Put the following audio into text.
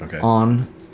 on